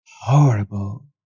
Horrible